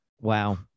Wow